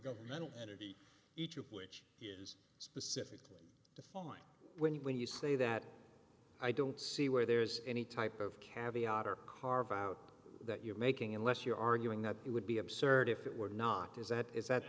governmental entity each of which is specifically defined when you when you say that i don't see where there is any type of caviar carve out that you're making unless you're arguing that it would be absurd if it were not is that is that